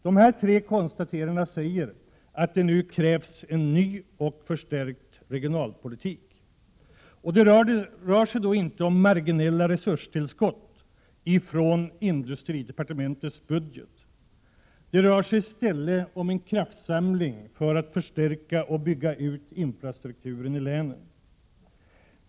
Dessa tre konstateranden säger oss att det nu krävs en ny och förstärkt regionalpolitik. Det rör sig då inte om marginella resurstillskott från industridepartementets budget. Det rör sig i stället om en kraftsamling för att förstärka och bygga ut infrastrukturen i länen.